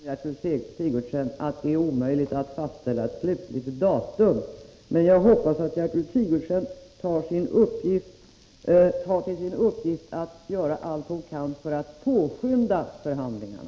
Herr talman! Jag vet precis lika väl som Gertrud Sigurdsen att det är omöjligt att fastställa ett slutligt datum. Men jag hoppas att Gertrud Sigurdsen tar till sin uppgift att göra allt hon kan för att påskynda förhandlingarna.